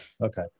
Okay